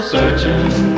searching